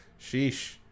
Sheesh